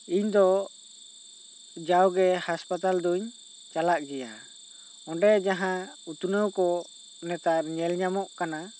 ᱤᱧ ᱫᱚ ᱡᱟᱣᱜᱮ ᱦᱟᱥᱯᱟᱛᱟᱞ ᱫᱩᱧ ᱪᱟᱞᱟᱜ ᱜᱮᱭᱟ ᱚᱸᱰᱮ ᱡᱟᱦᱟᱸ ᱩᱛᱱᱟᱹᱣ ᱠᱚ ᱱᱮᱛᱟᱨ ᱧᱮᱞ ᱧᱟᱢᱚᱜ ᱠᱟᱱᱟ